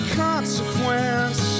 consequence